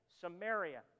Samaria